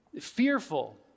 Fearful